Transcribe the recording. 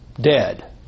Dead